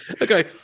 Okay